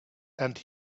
and